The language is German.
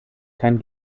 kein